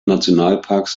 nationalparks